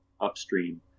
upstream